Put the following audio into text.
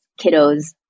kiddos